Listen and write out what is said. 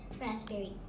Raspberry